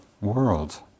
world